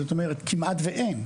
זאת אומרת כמעט ואין.